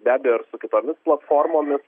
be abejo ir su kitomis platformomis